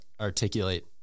articulate